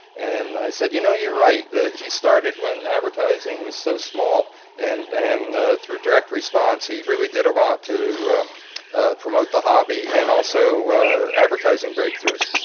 and i said, you know you're right that he started when advertising was so small and and through direct response he really did a lot to promote the hobby, and also advertising breakthroughs.